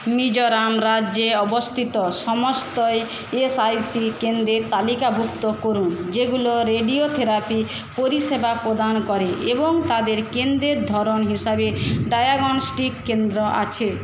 মিজোরাম রাজ্যে অবস্থিত সমস্ত ইএসআইসি কেন্দ্র তালিকাভুক্ত করুন যেগুলো রেডিওথেরাপি পরিষেবা প্রদান করে এবং তাদের কেন্দ্রের ধরণ হিসাবে ডায়াগনস্টিক কেন্দ্র আছে